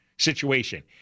Situation